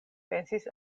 pensis